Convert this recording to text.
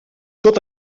tot